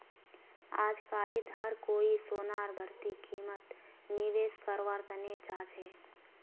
अजकालित हर कोई सोनार बढ़ती कीमतत निवेश कारवार तने चाहछै